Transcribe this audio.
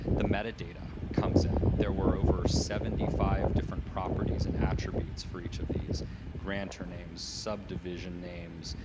the metadata comes in. there were over seventy five different properties and attributes for each of these grantor names, subdivision names,